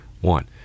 One